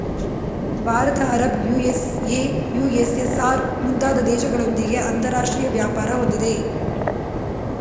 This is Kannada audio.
ಭಾರತ ಅರಬ್, ಯು.ಎಸ್.ಎ, ಯು.ಎಸ್.ಎಸ್.ಆರ್, ಮುಂತಾದ ದೇಶಗಳೊಂದಿಗೆ ಅಂತರಾಷ್ಟ್ರೀಯ ವ್ಯಾಪಾರ ಹೊಂದಿದೆ